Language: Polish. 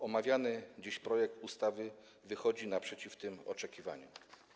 Omawiany dziś projekt ustawy wychodzi naprzeciw tym oczekiwaniom.